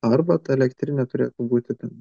arba ta elektrinė turėtų būti ten